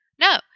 No